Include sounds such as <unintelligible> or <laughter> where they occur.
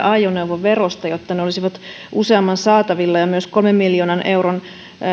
<unintelligible> ajoneuvoverosta jotta ne olisivat useamman saatavilla ja myös kolmen miljoonan euron